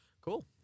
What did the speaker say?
cool